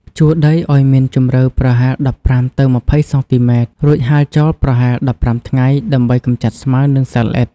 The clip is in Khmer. ភ្ជួរដីឱ្យមានជម្រៅប្រហែល ១៥ ទៅ ២០ សង់ទីម៉ែត្រ រួចហាលចោលប្រហែល ១៥ ថ្ងៃ ដើម្បីកម្ចាត់ស្មៅ និងសត្វល្អិត។